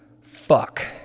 fuck